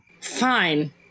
Fine